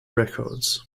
records